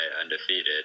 undefeated